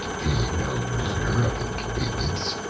feeling no manner of inconvenience,